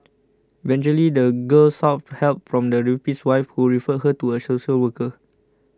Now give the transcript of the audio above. eventually the girl sought help from the rapist's wife who referred her to a social worker